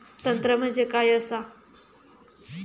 तंत्र म्हणजे काय असा?